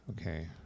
okay